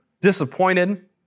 disappointed